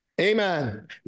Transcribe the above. Amen